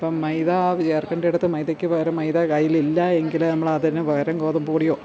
ഇപ്പോള് മൈദ ചേർക്കേണ്ടിടത്ത് മൈദയ്ക്ക് പകരം മൈദ കയ്യിലില്ല എങ്കില് നമ്മളതിനുപകരം ഗോതമ്പ് പൊടിയോ